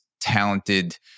talented